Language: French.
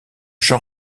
jean